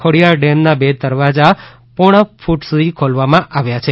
ખોડીયાર ડેમના બે દરવાજા પોણા ફૂટ સુધી ખોલવામાં આવ્યા છે